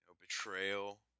betrayal